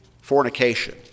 fornication